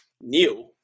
New